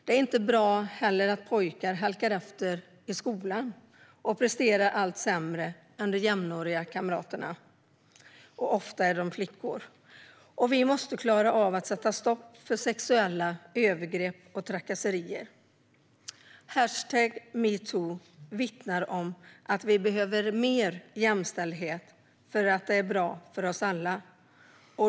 Det är heller inte bra att pojkar halkar efter i skolan och presterar allt sämre än jämnåriga kamrater, ofta flickor. Vi måste klara av att sätta stopp för sexuella övergrepp och trakasserier. #metoo vittnar om att vi behöver mer jämställdhet, eftersom det är bra för oss alla.